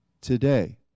today